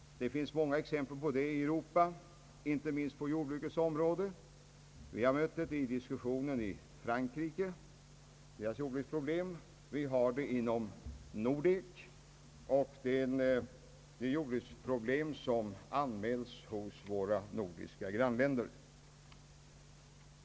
Det finns många exempel på detta i Europa — inte minst på jordbrukets område. Vi har sett det när vi diskuterat utvecklingen i Frankrike och jordbruksproblemen i detta land. Vi har mött problemet i anslutning till förhandlingarna om Nordek beträffande de jordbruksfrågor som anmälts av våra nordiska grannländer.